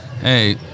Hey